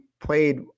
played